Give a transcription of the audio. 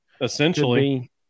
essentially